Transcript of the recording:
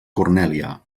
cornèlia